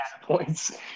points